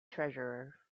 treasurer